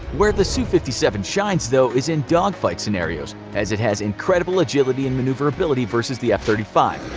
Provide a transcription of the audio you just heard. where the su fifty seven shines though is in dogfight scenarios, as it has incredible agility and maneuverability versus the f thirty five.